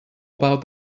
about